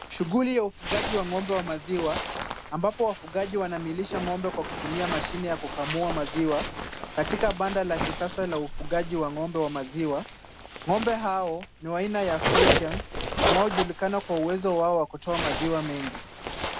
Shughuli ya ufugaji wa ng'ombe wa maziwa, ambapo wafugaji wanamlisha ng'ombe kwa kutumia mashine ya kukamua maziwa katika banda la kisasa la ufugaji wa ng'ombe wa maziwa. Ng'ombe hao ni wa aina ya friesian wanaojulikana kwa uwezo wao wa kutoa maziwa mengi.